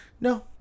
No